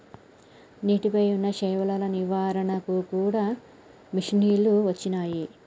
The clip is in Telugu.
నీటి పై వున్నా శైవలాల నివారణ కూడా మషిణీలు వచ్చినాయి